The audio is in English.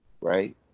right